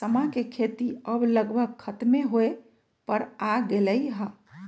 समा के खेती अब लगभग खतमे होय पर आ गेलइ ह